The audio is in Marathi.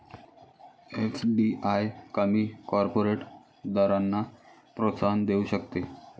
एफ.डी.आय कमी कॉर्पोरेट दरांना प्रोत्साहन देऊ शकते